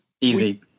easy